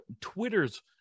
Twitter's